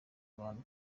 abantu